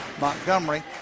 Montgomery